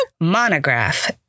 Monograph